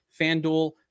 FanDuel